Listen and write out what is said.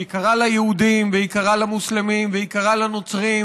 שיקרה ליהודים ויקרה למוסלמים ויקרה לנוצרים,